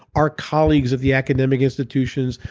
our colleagues of the academic institutions,